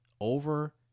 over